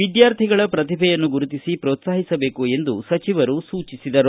ವಿದ್ಯಾರ್ಥಿಗಳ ಪ್ರತಿಭೆಯನ್ನು ಗುರುತಿಸಿ ಪ್ರೋತ್ಸಾಹಿಸಬೇಕು ಎಂದು ಸಚಿವರು ಸೂಚಿಸಿದರು